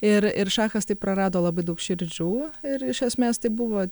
ir ir šachas taip prarado labai daug širdžų ir iš esmės tai buvo